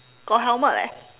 got helmet leh